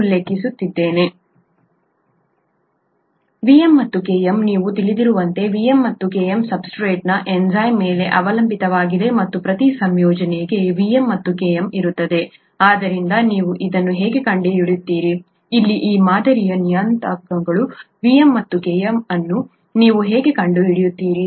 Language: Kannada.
ಕಂಡುಹಿಡಿಯಲು Vm ಮತ್ತು Km ನೀವು ತಿಳಿದಿರುವಂತೆ Vm ಮತ್ತು Km ಸಬ್ಸ್ಟ್ರೇಟ್ನ ಎನ್ಝೈಮ್ ಮೇಲೆ ಅವಲಂಬಿತವಾಗಿದೆ ಮತ್ತು ಪ್ರತಿ ಸಂಯೋಜನೆಗೆ Vm ಮತ್ತು Km ಇರುತ್ತದೆ ಆದ್ದರಿಂದ ನೀವು ಅದನ್ನು ಹೇಗೆ ಕಂಡುಹಿಡಿಯುತ್ತೀರಿ ಇಲ್ಲಿ ಈ ಮಾದರಿಯ ನಿಯತಾಂಕಗಳು Vm ಮತ್ತು Km ಅನ್ನು ನೀವು ಹೇಗೆ ಕಂಡುಹಿಡಿಯುತ್ತೀರಿ